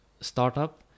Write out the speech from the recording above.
startup